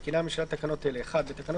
לחוק מתקינה הממשלה תקנות אלה: תיקון תקנה